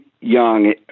young